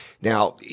Now